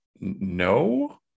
no